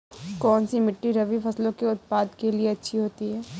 कौनसी मिट्टी रबी फसलों के उत्पादन के लिए अच्छी होती है?